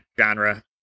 genre